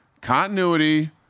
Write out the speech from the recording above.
Continuity